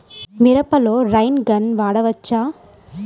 మిరపలో rain gun వాడవచ్చా?